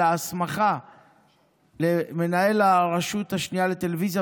אלא הסמכה למנהל הרשות השנייה לטלוויזיה